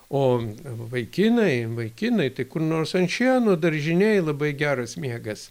o vaikinai vaikinai tai kur nors ant šieno daržinėj labai geras miegas